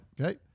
Okay